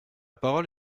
parole